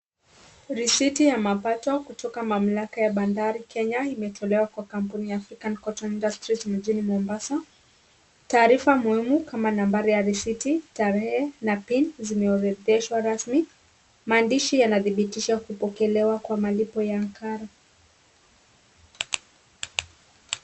risiti ya mapato kutoka mamlaka ya bandari Kenya imetolewa kwa kampuni ya African Cotton Industries mjini Mombasa. Taarifa muhimu kama nambari ya risiti, tarehe na pin zimeorodheshwa rasmi maandishi yanathibitisha kupokelewa kwa malipo ya karo.